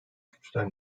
güçler